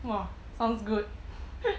!wah! sounds good